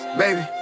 baby